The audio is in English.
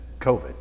COVID